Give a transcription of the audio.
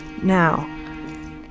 Now